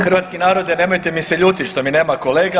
Hrvatski narode nemojte mi se ljutiti što mi nema kolega.